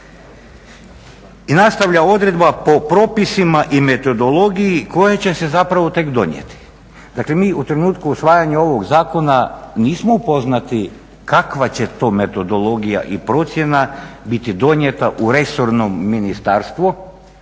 I nastavlja odredba po propisima i metodologiji koja će se zapravo tek donijeti. Dakle mi u trenutku usvajanja ovog zakona nismo upoznati kakva će to metodologija i procjena biti donijeta u resorno ministarstvo